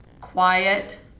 quiet